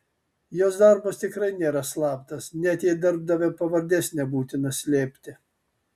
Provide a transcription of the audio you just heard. jos darbas tikrai nėra slaptas net jei darbdavio pavardės nebūtina slėpti